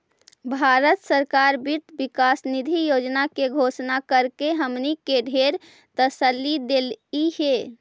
भारत सरकार वित्त विकास निधि योजना के घोषणा करके हमनी के ढेर तसल्ली देलई हे